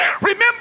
Remember